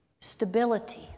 stability